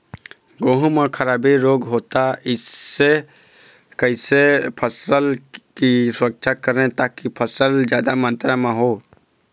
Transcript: गेहूं म खराबी रोग होता इससे कैसे फसल की सुरक्षा करें ताकि फसल जादा मात्रा म हो?